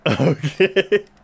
Okay